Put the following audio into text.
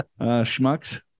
schmucks